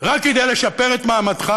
רק כדי לשפר את מעמדך,